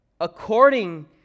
according